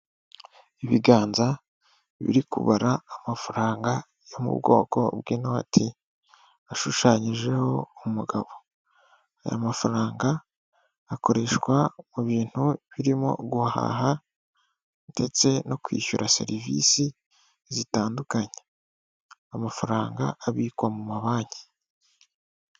Ibiganza biri kubara amafaranga yo mu bwoko bw'inoti ashushanyijeho umugabo, aya mafaranga akoreshwa mu bintu birimo guhaha ndetse, no kwishyura serivisi zitandukanye, amafaranga abikwa mu mabanki.